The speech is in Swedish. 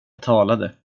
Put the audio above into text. talade